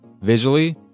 Visually